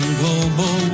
global